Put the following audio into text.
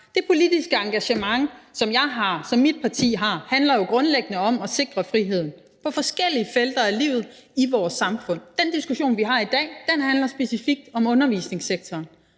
Det politiske engagement, som jeg har, og som mit parti har, handler jo grundlæggende om at sikre friheden på forskellige felter af livet i vores samfund. Den diskussion, vi har i dag, handler specifikt om undervisningssektoren.